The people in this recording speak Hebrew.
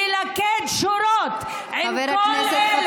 ללכד שורות עם כל אלה,